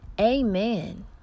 Amen